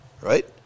Right